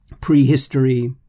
prehistory